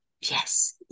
yes